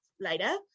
later